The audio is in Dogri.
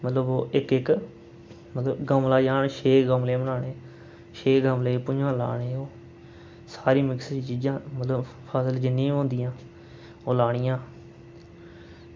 मतलब ओह् इक्क इक्क मतलब गमला जन छे गमले बनाने छे गमले भुंञां लाने ओह् सारी मिक्स चीज़ां मतलब फसल जिन्नी बी होंदियां ओह् लानियां